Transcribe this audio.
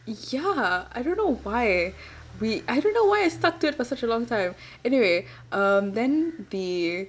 ya I don't know why we I don't know why I stuck to it for such a long time anyway um then the